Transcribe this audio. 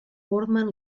formen